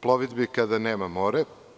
plovidbi kada nema more?